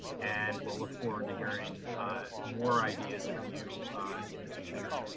and we'll look forward to hearing more ideas from you in the future.